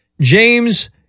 James